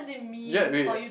yet wait